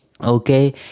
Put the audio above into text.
okay